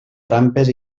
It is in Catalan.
trampes